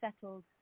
settled